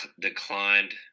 declined